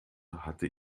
hatte